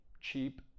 cheap